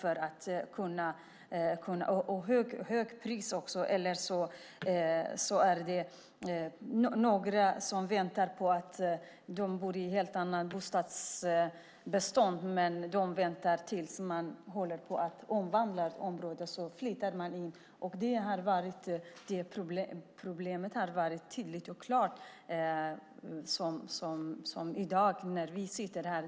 Det kan också handla om högt pris, och det kan vara några som bor i ett helt annat bostadsbestånd som väntar tills området håller på att omvandlas och flyttar in då. Problemet har varit tydligt och klart. Detta pågår när vi sitter här.